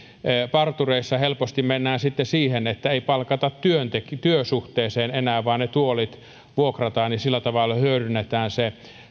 partureissa helposti mennään sitten siihen että ei palkata työsuhteeseen enää vaan ne tuolit vuokrataan ja sillä tavalla hyödynnetään se